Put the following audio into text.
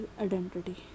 identity